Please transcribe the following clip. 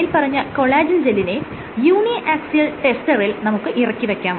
മേല്പറഞ്ഞ കൊളാജെൻ ജെല്ലിനെ uniaxial ടെസ്റ്ററിൽ നമുക്ക് ഇറക്കിവെക്കാം